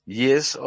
yes